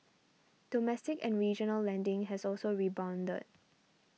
domestic and regional lending has also rebounded